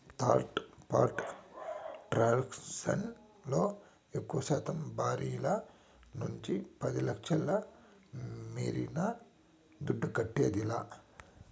third party transaction లో ఎక్కువశాతం బాంకీల నుంచి పది లచ్ఛల మీరిన దుడ్డు కట్టేదిలా